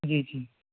جی جی